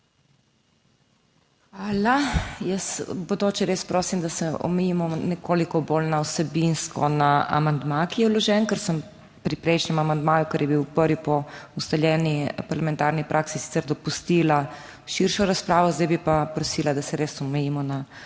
Hvala. V bodoče res prosim, da se nekoliko bolj vsebinsko omejimo na amandma, ki je vložen. Ker sem pri prejšnjem amandmaju, ker je bil prvi po ustaljeni parlamentarni praksi, sicer dopustila širšo razpravo, bi pa zdaj prosila, da se res omejimo na